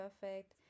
perfect